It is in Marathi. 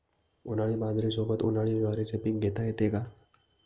उन्हाळी बाजरीसोबत, उन्हाळी ज्वारीचे पीक घेता येते का?